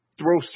throw